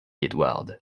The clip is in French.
edward